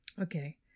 Okay